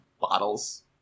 bottles